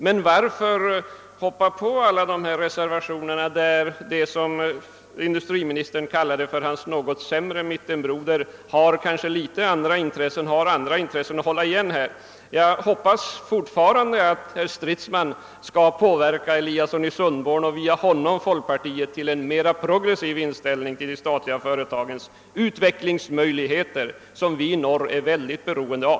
Men varför hoppa på alla dessa reservationer, där den gruppering som industriministern kallade för herr Eliassons något sämre mittenbroder kanske har andra intressen och vill hålla igen? Jag hoppas fortfarande att herr Stridsman skall påverka herr Eliasson och via honom folkpartiet till en mera progressiv inställning till de statliga företagens utvecklingsmöjligheter som vi i norr är synnerligen beroende av.